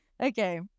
Okay